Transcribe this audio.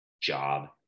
Job